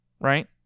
right